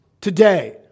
today